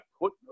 put